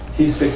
he's